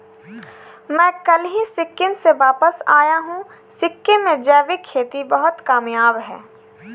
मैं कल ही सिक्किम से वापस आया हूं सिक्किम में जैविक खेती बहुत कामयाब है